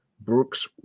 Brooks